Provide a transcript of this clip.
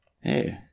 Hey